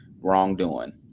wrongdoing